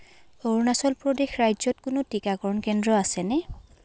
অৰুণাচল প্ৰদেশ ৰাজ্যত কোনো টিকাকৰণ কেন্দ্ৰ আছেনে